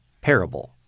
parable